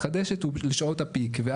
אבל איך זה מוסיף במקומות הפחות --- אם